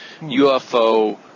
UFO